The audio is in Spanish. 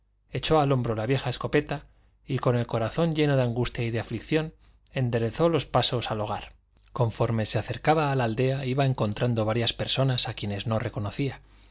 echó al hombro la vieja escopeta y con el corazón lleno de angustia y de aflicción enderezó los pasos al hogar conforme se acercaba a la aldea iba encontrando varias personas a quienes no reconocía